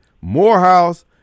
Morehouse